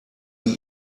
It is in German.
sie